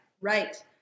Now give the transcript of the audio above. right